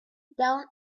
down